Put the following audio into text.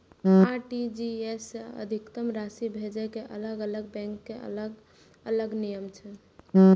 RTGS सं अधिकतम राशि भेजै के अलग अलग बैंक के अलग अलग नियम छै